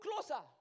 closer